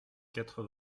quatre